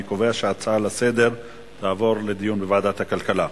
אני קובע שההצעה לסדר-יום תעבור לדיון בוועדת הכלכלה.